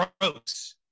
Gross